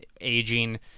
aging